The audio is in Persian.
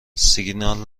سیگنال